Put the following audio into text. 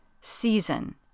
season